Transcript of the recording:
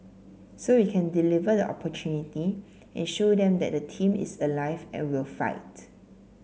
so we can deliver the opportunity and show them that the team is alive and will fight